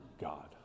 God